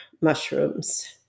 mushrooms